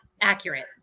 accurate